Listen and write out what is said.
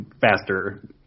faster